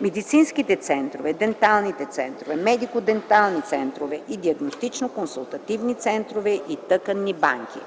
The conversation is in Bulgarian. медицинските центрове, денталните центрове, медико-денталните центрове и диагностично консултативните центрове и тъканните банки.